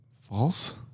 false